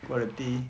quality